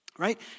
right